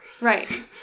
Right